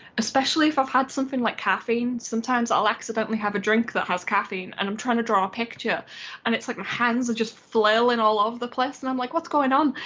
especially if i've had something like caffeine. sometimes i'll accidentally have a drink that has caffeine and i'm trying to draw a picture and it's like my hands are just flailing all over the place and i'm like what's going on?